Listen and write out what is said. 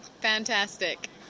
Fantastic